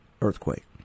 earthquake